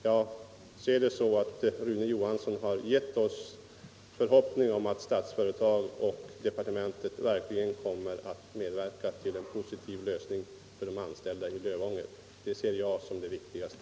Jag ser det så att Rune Johansson har gett oss förhoppning om att Statsföretag och departementet verkligen kommer att medverka till en positiv lösning för de anställda i Lövånger. Det ser jag som det viktigaste.